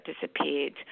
disappeared